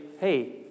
hey